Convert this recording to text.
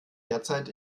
derzeit